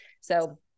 So-